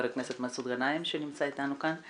הכנסת מסעוד גנאים שנמצא איתנו כאן.